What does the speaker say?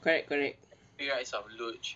correct correct